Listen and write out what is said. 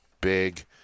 big